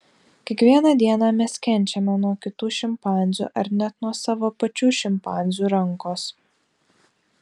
kiekvieną dieną mes kenčiame nuo kitų šimpanzių ar net nuo savo pačių šimpanzių rankos